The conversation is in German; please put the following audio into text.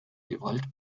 gewalt